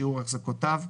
שיעור החזקותיו בהם,